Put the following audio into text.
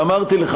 ואמרתי לך,